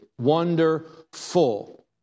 Wonderful